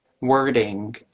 wording